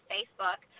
Facebook